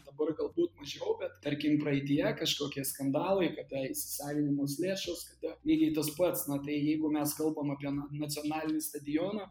dabar galbūt mažiau bet tarkim praeityje kažkokie skandalai kada įsisavinamos lėšos kada lygiai tas pats na tai jeigu mes kalbam apie nacionalinį stadioną